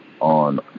on